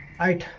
i'd